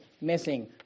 missing